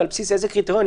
ועל בסיס איזה קריטריונים?